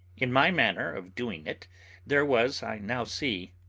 in my manner of doing it there was, i now see,